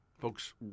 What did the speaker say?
Folks